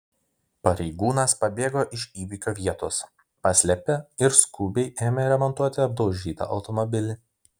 pareigūnas pabėgo iš įvykio vietos paslėpė ir skubiai ėmė remontuoti apdaužytą automobilį